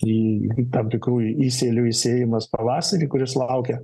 į tam tiktų įsėlių įsėjimas pavasarį kuris laukia